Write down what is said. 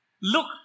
Look